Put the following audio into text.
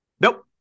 Nope